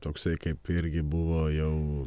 toksai kaip irgi buvo jau